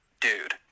dude